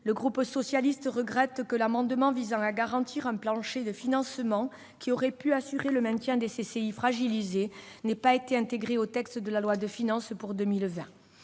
et républicain regrette que l'amendement visant à garantir un plancher de financement, qui aurait pu assurer le maintien des CCI fragilisées, n'ait pas été intégré dans le projet de loi de finances pour 2020.